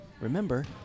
Remember